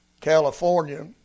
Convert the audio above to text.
California